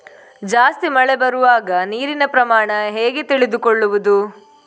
ಜಾಸ್ತಿ ಮಳೆ ಬರುವಾಗ ನೀರಿನ ಪ್ರಮಾಣ ಹೇಗೆ ತಿಳಿದುಕೊಳ್ಳುವುದು?